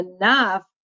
enough